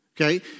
Okay